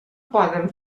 poden